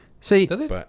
See